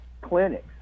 clinics